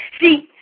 See